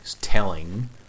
telling